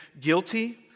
guilty